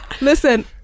listen